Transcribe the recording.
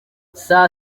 saa